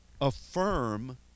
affirm